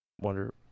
Wonder